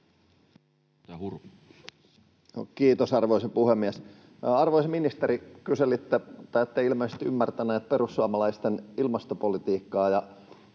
Kiitos, arvoisa puhemies! Arvoisa ministeri, kyselitte tai ette ilmeisesti ymmärtänyt perussuomalaisten ilmastopolitiikkaa,